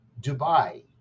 Dubai